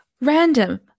random